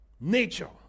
nature